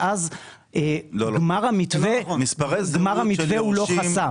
ואז גמר המתווה הוא לא חסם.